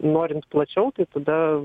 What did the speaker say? norint plačiau tai tada